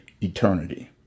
eternity